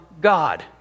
God